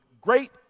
great